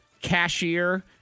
cashier